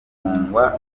gufungwa